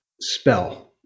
spell